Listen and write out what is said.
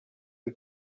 the